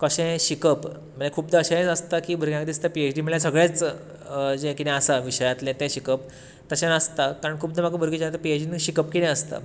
कशें शिकप म्हळ्यार खुबदां अशेंय आसता की भुरग्यांक दिसता पी एच डी म्हळ्यार सगळ्याच जें कितें आसा विशयांतलें तें शिकप तशें नासता कारण खुबदां भुरगीं म्हाका विचारता पी एच डीन शिकप कितें आसता